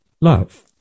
love